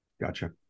Gotcha